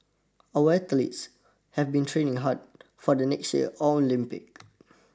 our athletes have been training hard for the next year Olympics